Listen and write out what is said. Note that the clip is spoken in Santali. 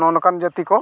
ᱱᱚᱜᱼᱚ ᱱᱚᱠᱟᱱ ᱡᱟᱛᱤ ᱠᱚ